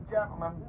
gentlemen